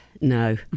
No